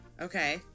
Okay